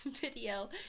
video